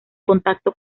contacto